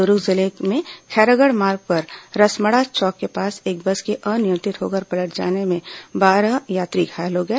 दुर्ग जिले में खैरागढ़ मार्ग पर रसमड़ा चौक के पास एक बस के अनियंत्रित होकर पलट जाने में बारह यात्री घायल हो गए